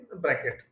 bracket